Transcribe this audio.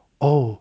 oh